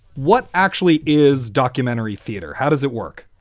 what actually is documentary theater? how does it work?